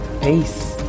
Peace